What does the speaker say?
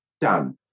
done